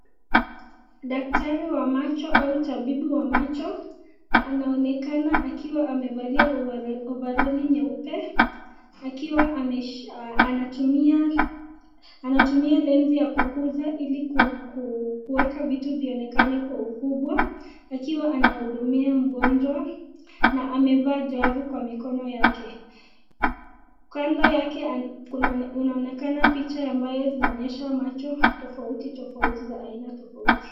Daktari wa macho au tabibu wa macho, anaonekana akiwa amevalia ovaroli nyeupe akiwa anatumia [lense] ya kueka vitu zionekane kwa ukubwa akiwa anahudumia mgonjwa na amevaa glovu kwa mikono yake. Kando yake inaonekana piacha zinazazo onyesha macho tofauti tofauti za aina tofauti.